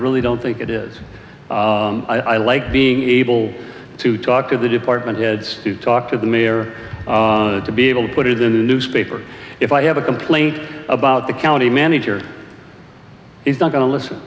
really don't think it is i like being able to talk of the department heads to talk to the mayor to be able to put in the newspaper if i have a complaint about the county manager he's not going to listen